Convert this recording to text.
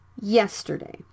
yesterday